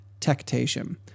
tectation